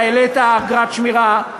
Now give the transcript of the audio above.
אתה העלית אגרת שמירה,